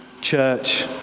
church